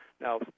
Now